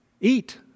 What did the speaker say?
Eat